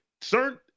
certain